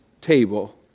table